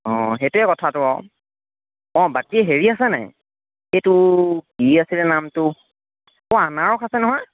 অ সেইটোৱে কথাটো আৰু অ বাকী হেৰি আছেনে এইটো কি আছিলে নামটো অ' আনাৰস আছে নহয়